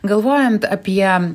galvojant apie